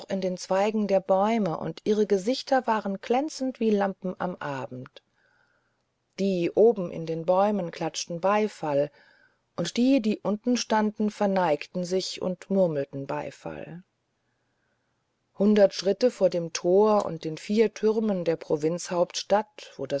in den zweigen der bäume und ihre gesichter waren glänzend wie lampen am abend die oben in den bäumen klatschten beifall und die die unten standen verneigten sich und murmelten beifall hundert schritte vor dem tor und den vier türmen der provinzhauptstadt